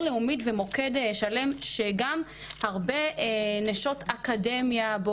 לאומית ומוקד שלם שגם הרבה נשות אקדמיה,